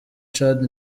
tchad